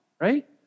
right